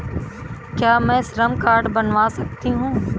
क्या मैं श्रम कार्ड बनवा सकती हूँ?